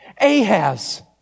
Ahaz